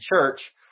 church